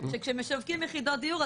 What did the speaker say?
שכשמשווקים יחידות דיור,